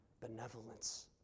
benevolence